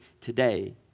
today